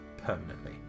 permanently